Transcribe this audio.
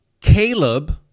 Caleb